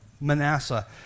Manasseh